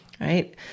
right